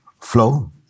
flow